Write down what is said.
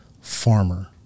farmer